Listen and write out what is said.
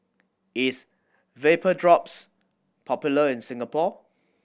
is Vapodrops popular in Singapore